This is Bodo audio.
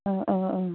औ औ औ